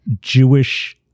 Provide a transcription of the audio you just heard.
Jewish